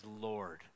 Lord